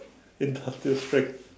industrial strength